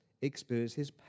experiences